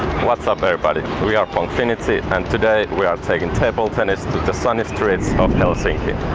what's up everybody! we are pongfinity and today we are taking table tennis to the sunny streets of helsinki.